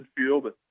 midfield